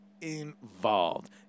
involved